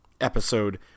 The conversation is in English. episode